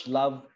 love